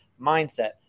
mindset